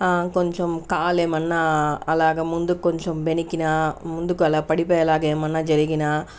కొంచెం కాలేమన్నా అలాగా ముందుకు కొంచెం బెనికినా ముందుకు అలా పడిపోయేలాగా ఏమైనా జరిగినా